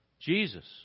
Jesus